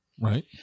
Right